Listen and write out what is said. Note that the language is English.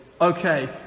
Okay